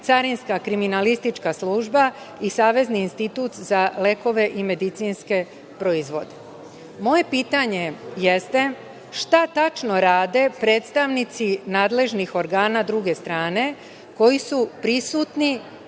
Carinska kriminalistička služba i Savezni institut za lekove i medicinske proizvode. Moje pitanje jeste – šta tačno rade predstavnici nadležnih organa druge strane koji su prisutni